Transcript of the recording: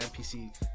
NPC